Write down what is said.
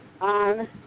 On